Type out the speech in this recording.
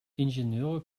ingenieure